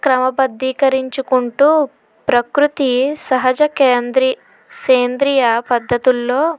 క్రమబద్ధీకరించుకుంటూ ప్రకృతి సహజ కేంద్రీ సేంద్రియ పద్ధతుల్లో